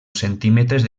centímetres